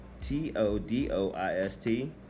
T-O-D-O-I-S-T